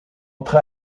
entre